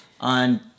on